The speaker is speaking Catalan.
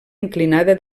inclinada